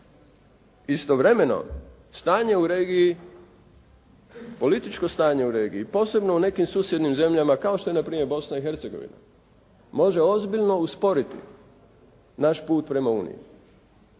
istovremeno stanje u regiji, političko stanje u regiji, posebno u nekim susjednim zemljama kao što je na primjer Bosna i Hercegovina može ozbiljno usporiti naš put prema Uniji.